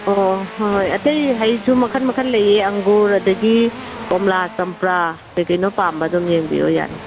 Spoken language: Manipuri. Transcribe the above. ꯑꯣ ꯍꯣꯏ ꯍꯣꯏ ꯑꯇꯩ ꯍꯩꯁꯨ ꯃꯈꯟ ꯃꯈꯟ ꯂꯩꯌꯦ ꯑꯪꯒꯨꯔ ꯑꯗꯒꯤ ꯀꯣꯝꯂꯥ ꯆꯥꯝꯄ꯭ꯔꯥ ꯀꯩꯀꯩꯅꯣ ꯄꯥꯝꯕ ꯑꯗꯨꯝ ꯌꯦꯡꯕꯤꯌꯣ ꯌꯥꯅꯤ